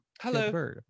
Hello